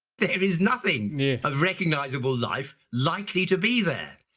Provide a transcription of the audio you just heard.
there is nothing of recognizable life likely to be there.